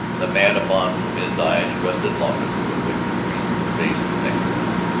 the man upon whom his eyes rested longest was a creased-faced mexican,